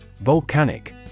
Volcanic